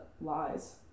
lies